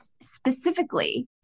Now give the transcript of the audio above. specifically